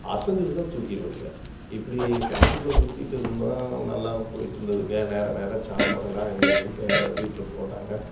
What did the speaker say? அசைஞ்சிதுனா தூக்கிடுவேனுங்க இப்படி காட்டுக்குள்ளே சுற்றிட்டு இருந்தோம் நல்லா போயிட்டிருந்துதுங்க நேர நேரம் சாப்பாடெல்லாம் அங்கே இங்கையும் க வீட்டில் போட்டாங்க